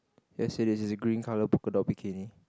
yes it is a green colour polka dot bikini